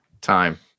time